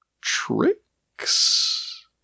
tricks